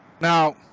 Now